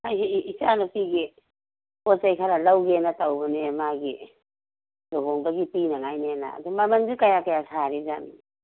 ꯑꯩ ꯏꯆꯥꯅꯨꯄꯤꯒꯤ ꯄꯣꯠ ꯆꯩ ꯈꯔ ꯂꯧꯒꯦꯅ ꯇꯧꯕꯅꯤ ꯃꯥꯒꯤ ꯂꯨꯍꯣꯡꯕꯒꯤ ꯄꯤꯅꯉꯥꯏꯅꯦꯅ ꯑꯗꯨ ꯃꯃꯟꯗꯨ ꯀꯌꯥ ꯀꯌꯥ ꯁꯥꯔꯤ ꯖꯥꯠꯅꯣ